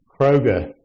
Kroger